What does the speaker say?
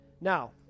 Now